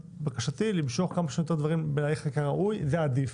בקשתי היא לעשות כמה שיותר דברים בהליך חקיקה רגיל - זה עדיף,